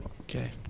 Okay